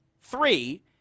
three